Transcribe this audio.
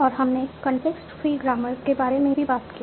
और हमने context free grammar के बारे में भी बात की